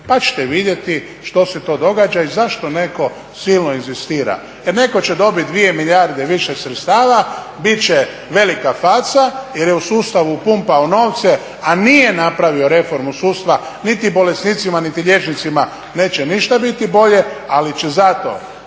pa ćete vidjeti što se to događa i zašto netko silno inzistira. Jer netko će dobit 2 milijarde više sredstava, bit će velika faca jer je u sustavu pumpao novce, a nije napravio reformu sudstva niti bolesnicima niti liječnicima neće ništa biti bolje, ali će zato